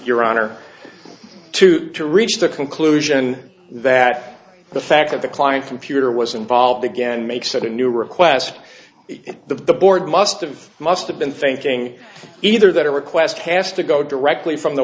your honor two to reach the conclusion that the fact that the client computer was involved again makes it a new request the board must have must have been thinking either that a request has to go directly from the